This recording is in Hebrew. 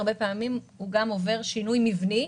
הרבה פעמים הוא גם עובר שינוי מבני,